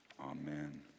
Amen